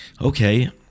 Okay